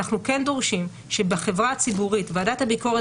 אנחנו כן דורשים שבחברה הציבורית ועדת הביקורת